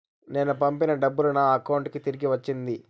నేను పంపిన డబ్బులు నా అకౌంటు కి తిరిగి వచ్చింది